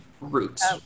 roots